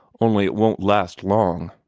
only it won't last long.